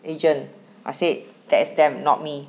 agent I said that's them not me